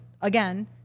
again